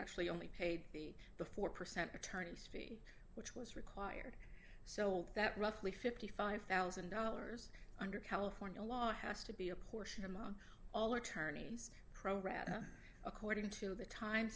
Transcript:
actually only paid the the four percent attorney's fee was required so that roughly fifty five thousand dollars under california law has to be apportioned among all attorneys pro rata according to t